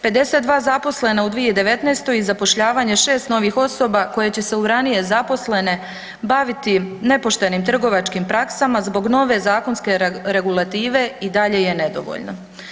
52 zaposlena u 2019. i zapošljavanje 6 novih osoba koje će se uz ranije zaposlene baviti nepoštenim trgovačkim praksama zbog nove zakonske regulative i dalje je nedovoljno.